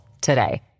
today